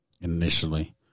initially